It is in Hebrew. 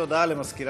ברשות